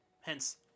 hence